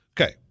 Okay